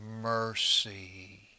Mercy